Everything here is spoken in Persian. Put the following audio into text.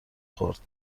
خورد